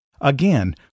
Again